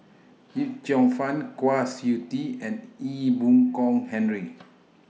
Yip Cheong Fun Kwa Siew Tee and Ee Boon Kong Henry